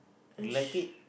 you like it